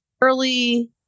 early